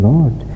Lord